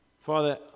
Father